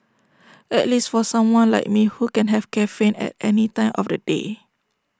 at least for someone like me who can have caffeine at any time of the day